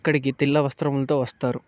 అక్కడికి తెల్ల వస్త్రములతో వస్తారు